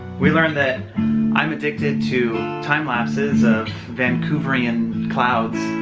we learned that i'm addicted to time lapses of vancouverean and clouds.